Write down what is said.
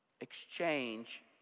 Exchange